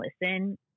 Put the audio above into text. listen